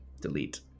Delete